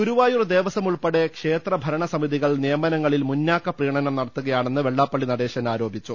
ഗുരുവായൂർ ദേവസ്വം ഉൾപ്പെടെ ക്ഷേത്ര ഭരണസമിതികൾ നിയമനങ്ങളിൽ മുന്നാക്ക പ്രീണനം നടത്തുകയാണെന്ന് വെള്ളാ പ്പള്ളി നടേശൻ ആരോപിച്ചു